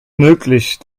möglich